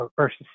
versus